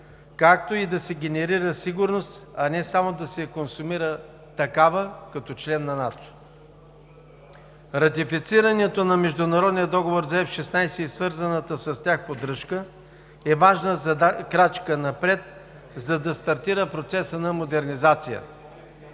както и да се генерира сигурност, а не само да се консумира такава като член на НАТО. Ратифицирането на международния договор за F-16 и свързаната с тях поддържка е важна крачка напред, за да стартира процесът на модернизация.